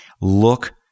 look